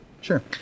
Sure